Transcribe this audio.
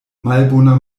malbona